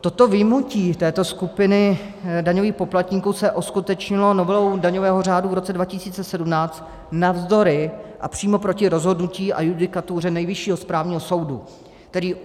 Toto vyjmutí této skupiny daňových poplatníků se uskutečnilo novelou daňového řádu v roce 2017 navzdory a přímo proti rozhodnutí a judikatuře Nejvyššího správního soudu, který